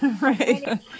Right